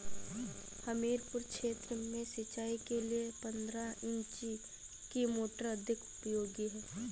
हमीरपुर क्षेत्र में सिंचाई के लिए पंद्रह इंची की मोटर अधिक उपयोगी है?